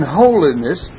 holiness